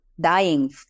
dying